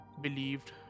believed